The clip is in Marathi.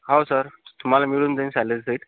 हो सर तुम्हाला मिळून जाईल सॅलरी शीट